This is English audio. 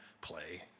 play